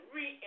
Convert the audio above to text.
re